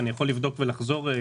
אני יכול לבדוק ולחזור.